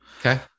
Okay